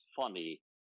funny